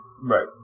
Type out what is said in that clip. Right